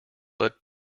but